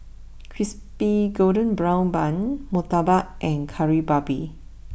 Crispy Golden Brown Bun Murtabak and Kari Babi